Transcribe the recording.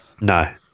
No